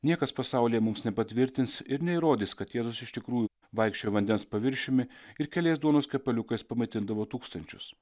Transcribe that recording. niekas pasaulyje mums nepatvirtins ir neįrodys kad jėzus iš tikrųjų vaikščiojo vandens paviršiumi ir keliais duonos kepaliukais pamaitindavo tūkstančius